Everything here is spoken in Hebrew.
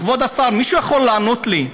כבוד השר, מישהו יכול לענות לי,